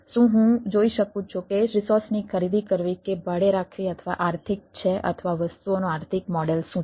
શું હું જોઈ શકું છું કે રિસોર્સની ખરીદી કરવી કે ભાડે રાખવી અથવા આર્થિક છે અથવા વસ્તુઓનું આર્થિક મોડેલ શું છે